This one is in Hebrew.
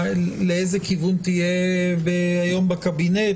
לאיזה כיוון תהיה היום בקבינט,